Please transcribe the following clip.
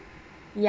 ya